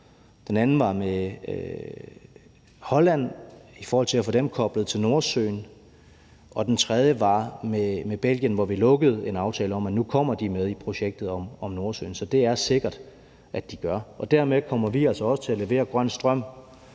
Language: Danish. den anden var med Holland i forhold til at få dem koblet til Nordsøen; og den tredje var med Belgien, hvor vi lukkede en aftale om, at de nu kommer med i projektet om Nordsøen. Så det er det sikkert at de gør, og dermed kommer vi altså til at levere grøn strøm